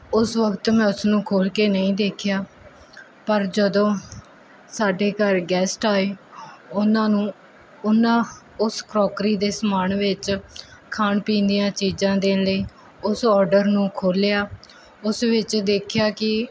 ਉਸ ਵਕਤ ਮੈਂ ਉਸ ਨੂੰ ਖੋਲ੍ਹ ਕੇ ਨਹੀਂ ਦੇਖਿਆ ਪਰ ਜਦੋਂ ਸਾਡੇ ਘਰ ਗੈਸਟ ਆਏ ਉਹਨਾਂ ਨੂੰ ਉਹਨਾਂ ਉਸ ਕਰੋਕਰੀ ਦੇ ਸਮਾਨ ਵਿੱਚ ਖਾਣ ਪੀਣ ਦੀਆਂ ਚੀਜ਼ਾਂ ਦੇਣ ਲਈ ਉਸ ਆਰਡਰ ਨੂੰ ਖੋਲ੍ਹਿਆ ਉਸ ਵਿੱਚ ਦੇਖਿਆ ਕਿ